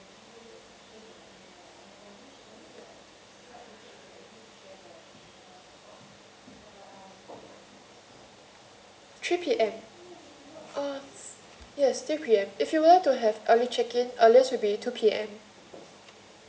three P_M uh yes three P_M if you were to have early check in earliest will be two P_M